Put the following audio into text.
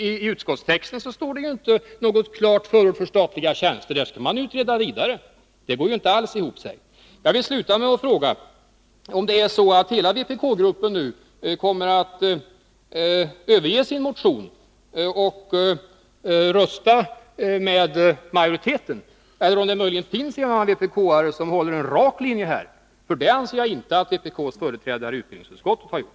I utskottets skrivning finns inte något klart förord för statliga tjänster, utan den frågan skall utredas vidare. Detta går ju inte alls ihop. Jag vill sluta med att fråga om hela vpk-gruppen kommer att överge sin motion och rösta med majoriteten, eller om det möjligen finns en och annan vpk-are som håller en rak linje. Det anser jag nämligen inte att vpk:s företrädare i utbildningsutskottet har gjort.